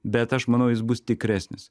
bet aš manau jis bus tikresnis